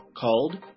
called